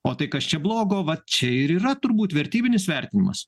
o tai kas čia blogo va čia ir yra turbūt vertybinis vertinimas